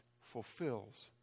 fulfills